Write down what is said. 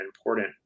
important